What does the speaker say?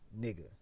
nigga